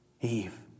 Eve